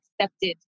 accepted